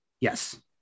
Yes